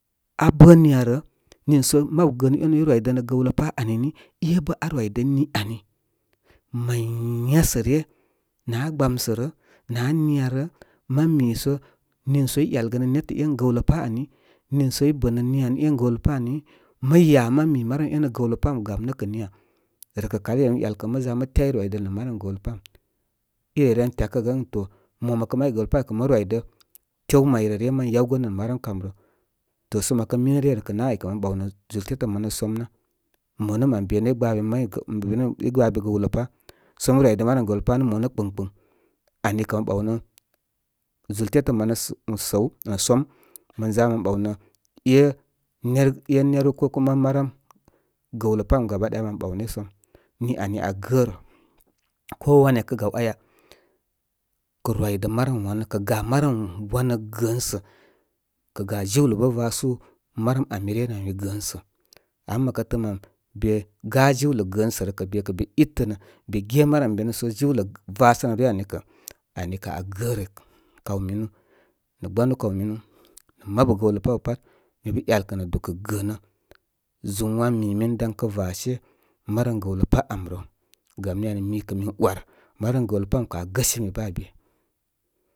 Abə niya rə. Niŋsə mabu gəanu énú i rwidənə gawlə pá ani ni, ébə aa rwidə ən ni ani. Maya sə ryə nə aa gbamsə rə nə áa niya rə. Mə mi so, niiso ieyalgənə nétə en gawlapa ani, niisə i bənə niya én gawləpáani. Mə ya mə mi marəm én gawlə pa am. Gam nə kə niya? Rakəkl i rem ‘yalkə ən mə za mə tyey rwidəl nə marəm gaw pam ireren tyakəgə ən to mo mə kə may gəwtəpay kə mə rwidə tew may rə ryə mən yawgənə nə marəm kam rə. Tosə mə kə minə ryə rə kə ná áy kə mən ɓawnə zultetə manə som ná. Monə nən be nə i gba be gawlə páy. So mə rwidə marəm gəwlə pá monə kpɨŋkpɨŋ. Ani kə mə ɓaw nə zúl tétə manə səw nə som. Mənza mən ɓaw nə é ner é meru ko kuma marəm gəwlə pam gaba daya mən ɓawnə som. Ni ani aa gərə ko wanya kə gaw anya, kə rwidə marəm wanə. Kə ga marəm wanə gəənsə ka ga jiwlə bə vasu marəm ami ryə rə áy gəəsə. Ama məkə təə mən be gá jiwlə gəansə rə kə be kə be itənə be va sə nəm ryə ani kə ay kə aa gərə. Kaw minu nə gbanu kaw minu mabu gəwlə paw pat mi bə ‘yalkə nə dukə gəəmə zum wan mimin dan kə vashe marəm gəwlə pá am rə. Gam ni ani, mi kə mi ‘war marəm bəw ləpa am kə aa gəsimi bə aa be.